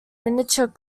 miniature